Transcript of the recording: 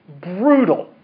brutal